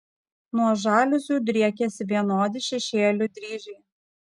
nuo žaliuzių driekiasi vienodi šešėlių dryžiai